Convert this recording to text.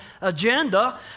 agenda